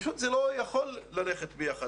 זה פשוט לא יכול ללכת ביחד.